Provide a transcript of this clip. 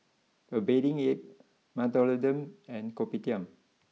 a Bathing Ape Mentholatum and Kopitiam